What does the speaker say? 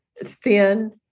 thin